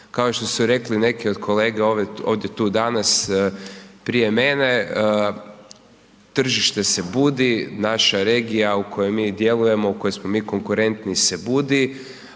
kao što su rekli i neki od kolega ovdje tu danas prije mene, tržište se budi, naša regija u kojoj mi djelujemo u kojoj smo mi konkurentni se budi